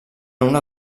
una